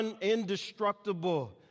indestructible